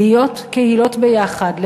להיות קהילות ביחד,